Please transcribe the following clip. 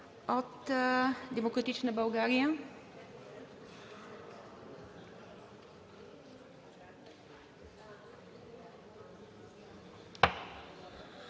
От „Демократична България“?